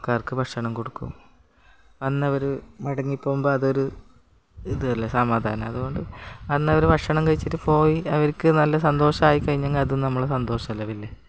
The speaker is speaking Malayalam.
ആൾക്കാർക്ക് ഭക്ഷണം കൊടുക്കും അന്നവർ മടങ്ങി പോകുമ്പം അതൊരു ഇതല്ലേ സമാധാനം അതുകൊണ്ട് അന്നവർ ഭക്ഷണം കഴിച്ചിട്ട് പോയി അവർക്ക് നല്ല സന്തോഷമായി കഴിഞ്ഞെങ്കിൽ അതു നമ്മളുടെ സന്തോഷമല്ലേ വലിയ